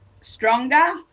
stronger